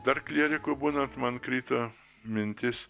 dar klieriku būnant man krito mintis